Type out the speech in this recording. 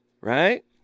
right